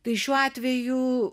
tai šiuo atveju